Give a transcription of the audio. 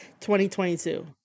2022